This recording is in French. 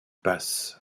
passe